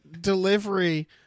delivery